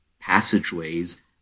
passageways